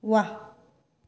व्वा